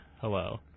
Hello